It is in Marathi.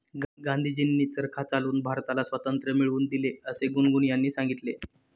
गांधीजींनी चरखा चालवून भारताला स्वातंत्र्य मिळवून दिले असे गुनगुन यांनी सांगितले